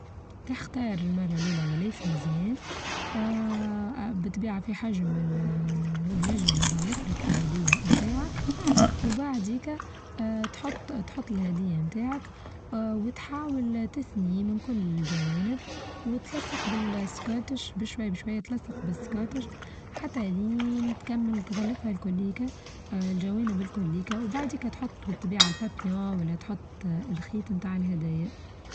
تختار المرة الأولى غلاف مزيان، اه بتباع في حچم ينچم يغلفلك الهدية بتاعك، وبعديكا اه تحط-تحط الهدية بتاعك اه وتحاول تثني من كل الچوانب وتلصق بالسكوتش بشوية بشوية تلصق بالسكوتش حتى لين تكمل تغلفها الكليكا آآ الجوانب الكليكا وبعد هيكا تحط بالطبيعة الببيو ولا تحط الخيط بتاع الهدايا.